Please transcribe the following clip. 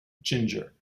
ginger